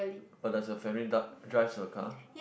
but does the family d~ drives a car